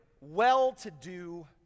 well-to-do